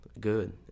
good